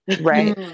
right